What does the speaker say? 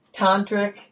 tantric